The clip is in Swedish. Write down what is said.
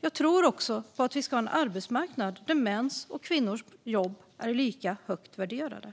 Jag tror också på att vi ska ha en arbetsmarknad där mäns och kvinnors jobb är lika högt värderade.